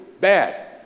bad